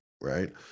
right